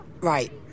Right